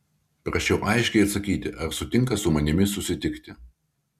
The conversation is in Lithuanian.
prašiau aiškiai atsakyti ar sutinka su manimi susitikti